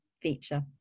feature